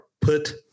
put